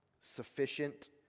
sufficient